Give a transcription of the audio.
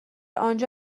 آنجا